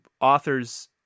author's